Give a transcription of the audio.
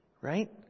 Right